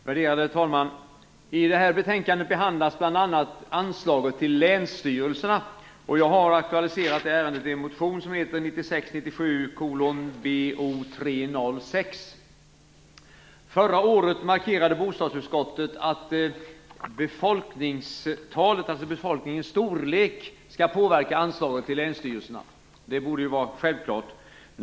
Värderade talman! I det här betänkandet behandlas bl.a. anslaget till länsstyrelserna. Jag har aktualiserat detta ärende i en motion som heter 1996/97:Bo306. Förra året markerade bostadsutskottet att befolkningstalet, alltså befolkningens storlek, skall påverka anslaget till länsstyrelserna. Det borde vara självklart.